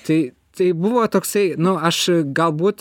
tai tai buvo toksai nu aš galbūt